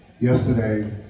yesterday